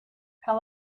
how